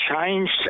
changed